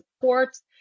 supports